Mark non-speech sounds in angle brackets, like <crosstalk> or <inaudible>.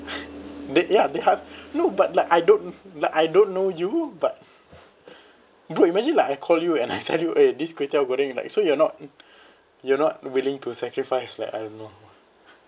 they ya they have no but like I don't like I don't know you but bro imagine like I call you and I tell you eh this kway teow goreng like so you're not <breath> you're not willing to sacrifice like I don't know